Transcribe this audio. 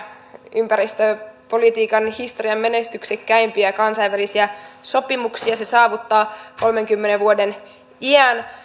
ympäristöpolitiikan historian menestyksekkäimpiä kansainvälisiä sopimuksia se saavuttaa kolmenkymmenen vuoden iän